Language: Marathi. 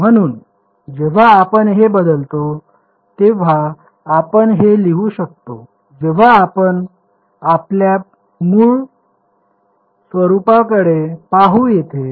म्हणून जेव्हा आपण हे बदलवितो तेव्हा आपण हे लिहू शकतो जेव्हा आपण आपल्या मूळ स्वरूपाकडे पाहू इथे